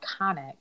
iconic